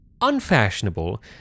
unfashionable